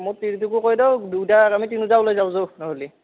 মোৰ তিৰিটোকো কৈ দেও দুয়োটাই আমি তিনিওটাই ওলাই যাওঁ যৌ নহ'লি